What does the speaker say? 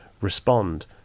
respond